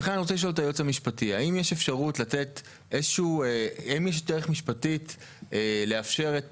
לכן אני רוצה לשאול את היועץ המשפטי האם יש דרך משפטית לאפשר את